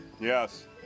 Yes